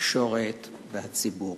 התקשורת והציבור.